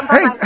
Hey